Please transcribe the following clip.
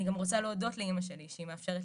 אני גם רוצה להודות לאמא שלי שהיא מאפשרת